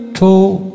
told